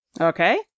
Okay